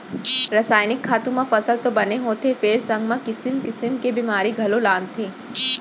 रसायनिक खातू म फसल तो बने होथे फेर संग म किसिम किसिम के बेमारी घलौ लानथे